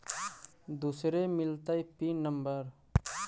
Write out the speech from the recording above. दुसरे मिलतै pin number?